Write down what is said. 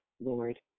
Lord